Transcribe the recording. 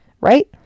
Right